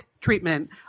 treatment